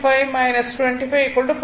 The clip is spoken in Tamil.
5 25 5